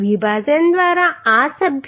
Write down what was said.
વિભાજન દ્વારા આ સભ્યો